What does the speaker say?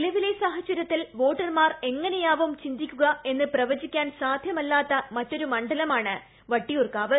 നിലവിലെ സാഹചര്യത്തിൽ വോട്ടർമാർ എങ്ങനെയാവും ചിന്തിക്കുക എന്ന് പ്രവചിക്കാൻ സാധ്യമല്ലാത്ത മറ്റൊരു മണ്ഡലമാണ് വട്ടിയൂർക്കാവ്